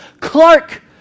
Clark